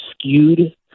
skewed